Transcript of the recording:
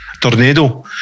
tornado